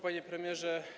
Panie Premierze!